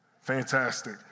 Fantastic